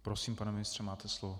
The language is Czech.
Prosím, pane ministře, máte slovo.